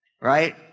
right